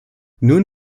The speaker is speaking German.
nun